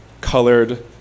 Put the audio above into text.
colored